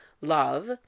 love